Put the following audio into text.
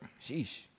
Sheesh